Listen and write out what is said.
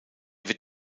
wird